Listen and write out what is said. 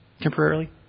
Temporarily